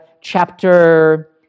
chapter